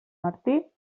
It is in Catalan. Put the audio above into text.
martí